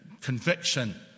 conviction